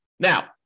Now